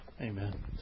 Amen